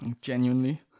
genuinely